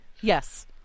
yes